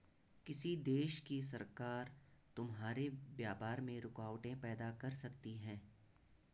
किसी देश की सरकार तुम्हारे लिए व्यापार में रुकावटें पैदा कर सकती हैं